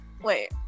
Wait